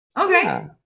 okay